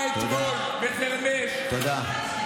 בחרמש, תודה, תודה.